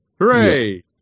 Hooray